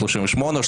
או 38,